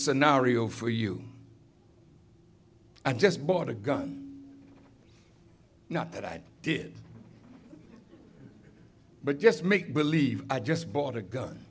scenario for you i just bought a gun not that i did but just make believe i just bought a gun